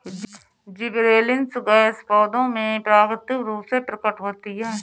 gibberellins gas पौधों में प्राकृतिक रूप से प्रकट होती है